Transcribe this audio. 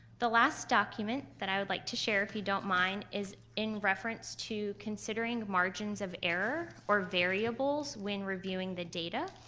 the last document that i would like to share if you don't mind is in reference to considering margins of error, or variables, when reviewing the data.